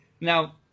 Now